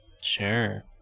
Sure